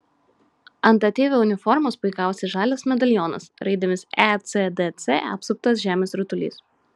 ant ateivio uniformos puikavosi žalias medalionas raidėmis ecdc apsuptas žemės rutulys